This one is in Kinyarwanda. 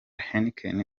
heineken